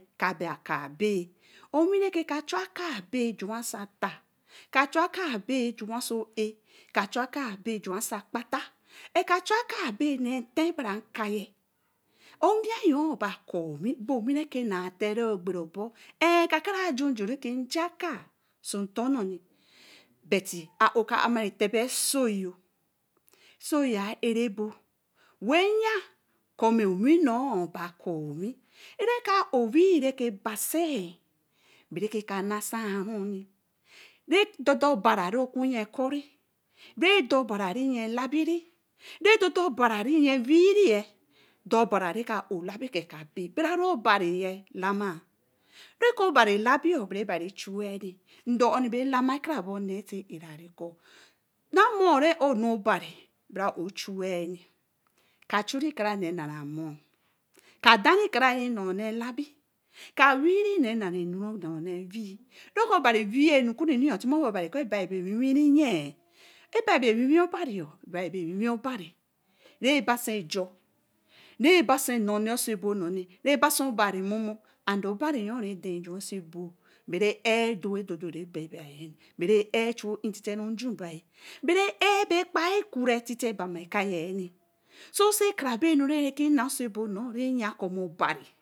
Kabe akaa-be owi-re-ke chuū akaabe juu so ɛta ka chu kaabe juu so āɛ ɛka chuū akaabe juu so akpeta ɛka chuu akaabe nee nte bara nkaa owii-oh ben akaa owii ben owi kena treen ogbere obor ɛh-kaka juu-nju re ke nja aka so ntor norne buty ae oooh ka ama gbegbe esoo-oh soo a ɛrabo we ya kɔ̄ owinon ba ka owi re owi wii reba sen be ke anasenn re-dodo bara re oku yee kɔ̄ re do bara okuyee labii re dodo bara rewii-re ɛdo bara reka a oooh lamai bara re barii lamai reke obari labii be chuun ndor-uni be lamah kana boni so ɛru kɔ̄ amon re aaan obari be chuuu, ka chuuu kara na-amo ka dare rekabe one labii ka wii nara enu wii reke obari wii enukenu tema beh obari kɔ be be ewii-ye be bi be ɛwii obari re basi ɛjor reba basi nnarne oso ebo-nor rebosi obarimumu and obari-yor re den juu-so ebo ben ɛr ɛdu redodo ɛbie bi ben ɛr chua oɛɛ tete njuu bi be ɛr ba kpaah kwi tete bami kaye so sa kara be nor reke naa oso ebo nor re-ya kɔ obari.